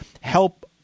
help